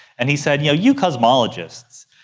and he said, you know, you cosmologists,